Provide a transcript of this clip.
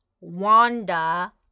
Wanda